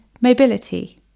mobility